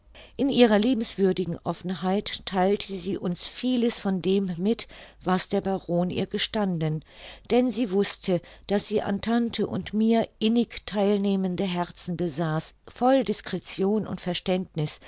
in ihrer liebenswürdigen offenheit theilte sie uns vieles von dem mit was der baron ihr gestanden denn sie wußte daß sie an tante und mir innig theilnehmende herzen besaß voll discretion und verständniß